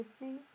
listening